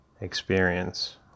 Experience